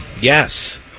Yes